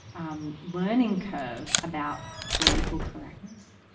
um, learning curve about political correctness.